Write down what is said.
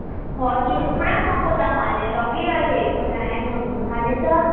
हजुर पुरा महँगो दाम हालेर लगेँ अहिले हेरेको त ह्याङहरू हुनथालेछ